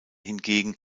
hingegen